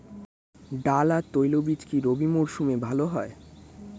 ডাল আর তৈলবীজ কি রবি মরশুমে ভালো হয়?